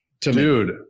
dude